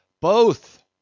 Both